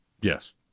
Yes